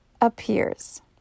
appears